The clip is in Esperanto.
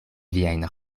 viajn